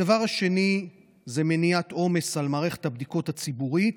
הדבר השני הוא מניעת עומס על מערכת הבדיקות הציבורית,